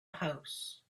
house